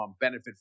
benefit